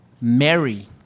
Mary